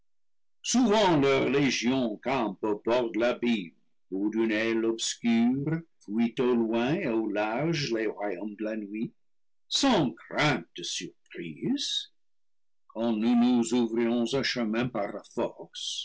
de l'abîme ou d'une aile obscure fouillent au loin et au large les royaumes de la nuit sans crainte de surprise quand nous nous ouvrirons un che min par la force